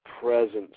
presence